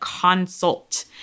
consult